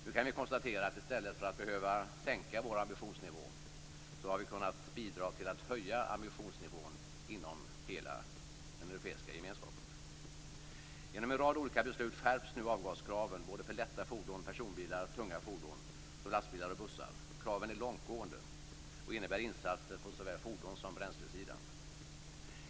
Nu kan vi konstatera att i stället för att behöva sänka vår ambitionsnivå har vi kunnat bidra till att höja ambitionsnivån inom hela den europeiska gemenskapen. Genom en rad olika beslut skärps nu avgaskraven för lätta fordon, personbilar och tunga fordon såsom lastbilar och bussar. Kraven är långtgående och innebär insatser på såväl fordons som bränslesidan.